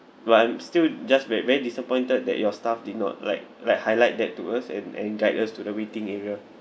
but I'm still just very very disappointed that your staff did not like like highlight that to us and and guide us to the waiting area